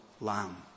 lamb